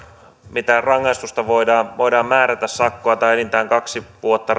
mitä rangaistusta voidaan voidaan määrätä sakkoa tai enintään kaksi vuotta